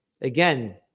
again